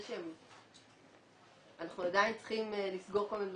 ש אנחנו עדיין צריכים לסגור כל מיני דברים,